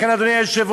לכן, אדוני היושב-ראש,